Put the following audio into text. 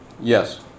yes